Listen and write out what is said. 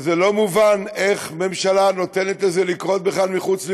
וזה לא מובן איך ממשלה נותנת לזה לקרות בכלל מחוץ לירושלים.